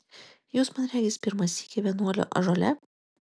jūs man regis pirmą sykį vienuolio ąžuole